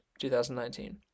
2019